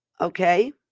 Okay